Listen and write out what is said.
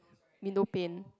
window pane